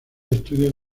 estudios